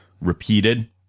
repeated